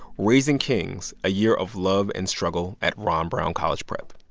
raising kings a year of love and struggle at ron brown college prep.